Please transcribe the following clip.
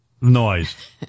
noise